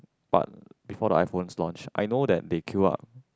but before the iPhone launch I know that they queue up